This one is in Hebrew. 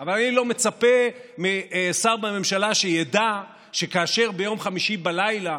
אבל אני לא מצפה משר בממשלה שידע שכאשר ביום חמישי בלילה